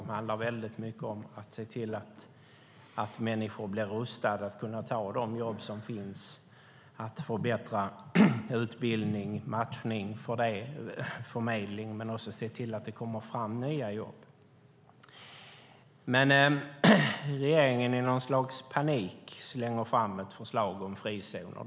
De handlar mycket om att se till att människor blir rustade att kunna ta de jobb som finns, att förbättra utbildning, matchning och förmedling men också om att se till att det kommer fram nya jobb. Regeringen slänger i något slags panik fram ett förslag om frizoner.